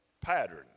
pattern